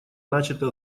начато